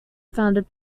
founded